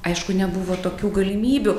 aišku nebuvo tokių galimybių